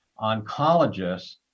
oncologists